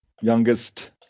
youngest